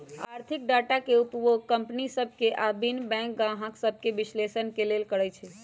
आर्थिक डाटा के उपयोग कंपनि सभ के आऽ भिन्न बैंक गाहक सभके विश्लेषण के लेल करइ छइ